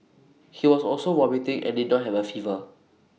he was also vomiting and did not have A fever